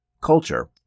culture